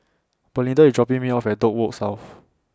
Belinda IS dropping Me off At Dock Road South